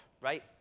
right